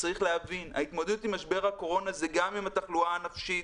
צרך להבין שההתמודדות עם משבר הקורונה זה גם עם התחלואה הנפשית,